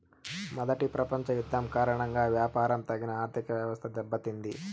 మొదటి ప్రపంచ యుద్ధం కారణంగా వ్యాపారం తగిన ఆర్థికవ్యవస్థ దెబ్బతింది